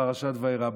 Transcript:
פרשת וירא.